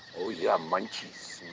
oh yeah, munchies.